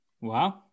wow